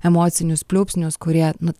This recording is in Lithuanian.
emocinius pliūpsnius kurie nu